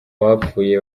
bapfuye